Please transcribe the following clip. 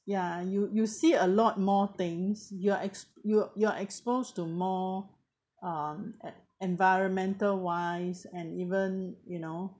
ya you you see a lot more things you are ex~ you you are exposed to more um en~ environmental wise and even you know